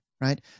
Right